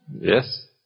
Yes